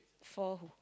for who